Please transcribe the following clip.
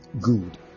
Good